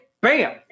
bam